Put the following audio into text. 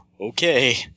Okay